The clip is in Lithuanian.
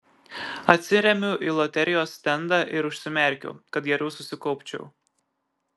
atsiremiu į loterijos stendą ir užsimerkiu kad geriau susikaupčiau